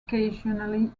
occasionally